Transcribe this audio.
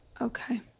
Okay